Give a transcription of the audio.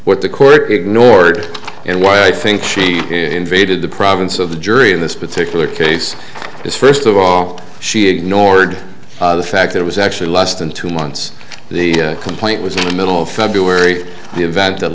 what the court ignored and why i think she invaded the province of the jury in this particular case because first of all she ignored the fact it was actually less than two months the complaint was in the middle of february the event that